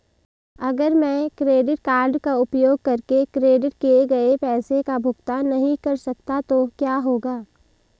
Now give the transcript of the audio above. अगर मैं credit card का उपयोग करके क्रेडिट किए गए पैसे का भुगतान नहीं कर सकता तो क्या होगा?